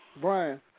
brian